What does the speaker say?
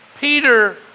Peter